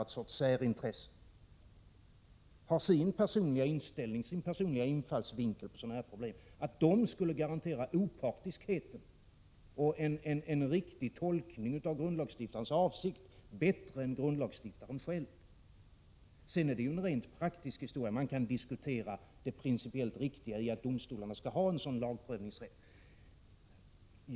Det kommer ju hur som helst att röra sig om personer som måste handplockas och utnämnas av en regering och som i sin mån representerar en sorts särintressen, har sin personliga inställning och sin personliga infallsvinkel då det gäller sådana här problem. Man kan diskutera det principiellt riktiga i att domstolarna skall ha en sådan lagprövningsrätt.